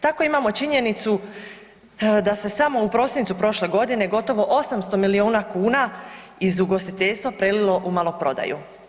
Tako imamo činjenicu da se samo u prosincu prošle godine gotovo 800 milijuna kuna iz ugostiteljstva prelilo u maloprodaju.